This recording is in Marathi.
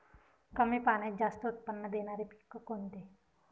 कमी पाण्यात जास्त उत्त्पन्न देणारे पीक कोणते?